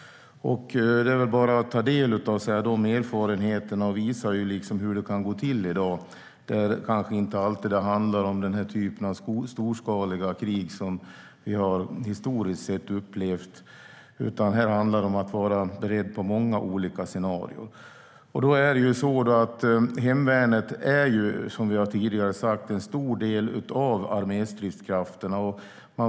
De erfarenheterna visar hur det kan gå till i dag. Det handlar inte alltid om den typen av storskaliga krig som har funnits historiskt sett, utan här handlar det om att vara beredd på många olika scenarier. Precis som vi har sagt tidigare är hemvärnet en stor del av arméstridskrafterna.